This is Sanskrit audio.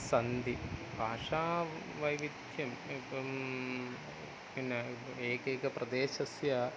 सन्ति भाषावैविध्यम् एकं किं न एकैकप्रदेशस्य